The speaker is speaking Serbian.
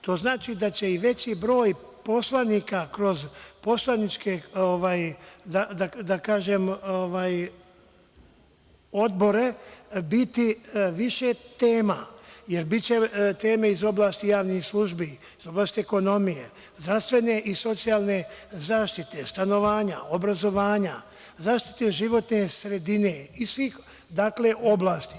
To znači da će i veći broj poslanika kroz poslaničke, da kažem, odbore biti više tema, jer biće teme iz oblasti javnih službi, iz oblasti ekonomije, zdravstvene i socijalne zaštite, stanovanja, obrazovanja, zaštite životne sredine, iz svih oblasti.